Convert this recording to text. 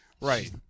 Right